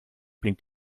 blinkt